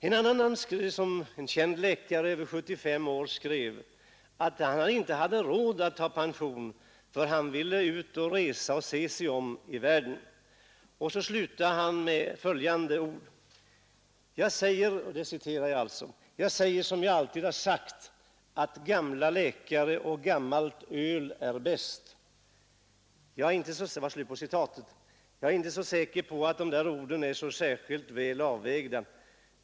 En annan av dem, en känd läkare över 75 år gammal, skrev att han inte hade råd att gå i pension därför att han ville ut och resa och se sig om i världen. Han slutade med följande ord: ”Jag säger som jag alltid sagt: Att gamla läkare och gammalt öl är bäst.” Jag är inte så säker på att dessa ord är särskilt väl avvägda.